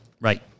Right